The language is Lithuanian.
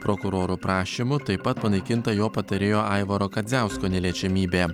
prokuroro prašymu taip pat panaikinta jo patarėjo aivaro kadziausko neliečiamybė